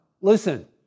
Listen